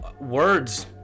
words